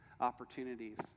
opportunities